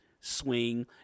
swing